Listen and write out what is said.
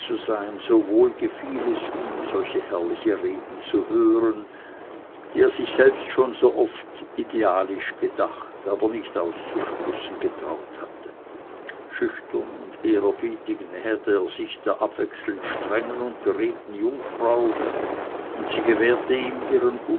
sein so wohl gefiel es ihm solche herrliche reden zu hören die er sich selbst schon so oft idealis gedacht aber nicht auszustoßen getraut hatte schüchtern und ehrerbietig näherte er sich der abwechselnd strengen und beredten jungfrau und sie gewährte ihm ihren